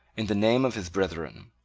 in the name of his brethren,